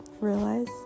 realize